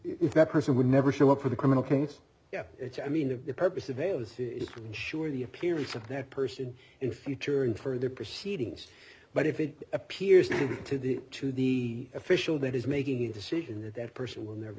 if that person would never show up for the criminal case yeah it's i mean the purpose of a rose isn't sure the appearance of that person in future in further proceedings but if it appears to the to the official that is making a decision that that person will never